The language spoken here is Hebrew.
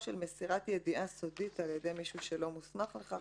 של מסירת ידיעה סודית על-ידי מישהו שלא מוסמך לכך.